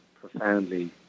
profoundly